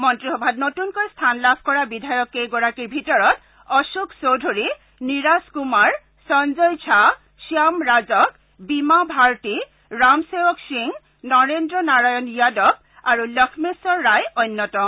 মন্ত্ৰীসভাত নতুনকৈ স্থান লাভ বিধায়ক কেইগৰাকীৰ ভিতৰত অশোক চৌধুৰী নিৰাজ কুমাৰ সঞ্জয় ঝা শ্যাম ৰাজক বীমা ভাৰতী ৰাম সেৱক সিং নৰেন্দ্ৰ নাৰায়ণ যাদৱ আৰু লক্ষ্মেখৰ ৰায় অন্যতম